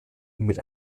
mit